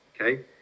okay